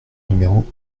numéro